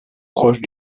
proche